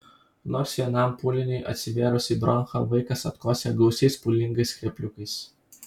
nors vienam pūliniui atsivėrus į bronchą vaikas atkosėja gausiais pūlingais skrepliukais